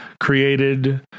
created